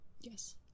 Yes